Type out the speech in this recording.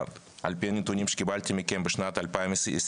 על פי הנתונים שקיבלתי מכם בשנת 2021